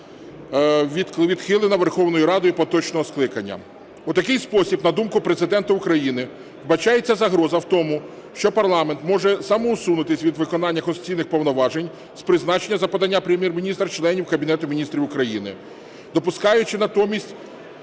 відхилена Верховною Радою поточного скликання. У такий спосіб, на думку Президента України, вбачається загроза в тому, що парламент може самоусунутись від виконання конституційних повноважень з призначення за поданням Прем'єр-міністра членів Кабінету Міністрів України, допускаючи натомість